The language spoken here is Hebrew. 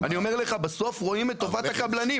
אני אומר לך בסוף רואים את טובת הקבלנים,